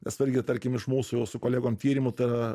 nes va irgi tarkim iš mūsų jau su kolegom tyrimų ta